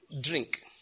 drink